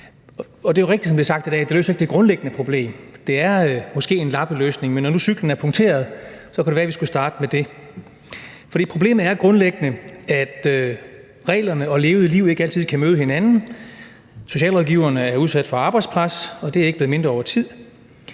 sagt i dag, at det ikke løser det grundlæggende problem. Det er måske en lappeløsning, men når nu cyklen er punkteret, kan det være, vi skulle starte med det. For problemet er grundlæggende, at reglerne og levet liv ikke altid kan møde hinanden. Socialrådgiverne er udsat for arbejdspres, og det er ikke blevet mindre over tid.